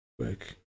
quick